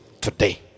today